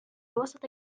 وسط